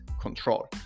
control